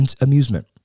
amusement